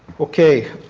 okay.